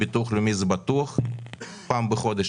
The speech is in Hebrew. ביטוח לאומי זה בטוח פעם בחודש.